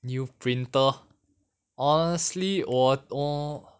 new printer honestly 我我